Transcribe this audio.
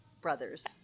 brothers